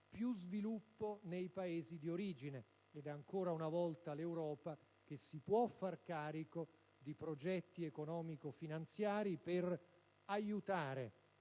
più sviluppo nei Paesi di origine e, ancora una volta, che l'Europa si faccia carico di progetti economico-finanziari per evitare